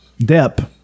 Depp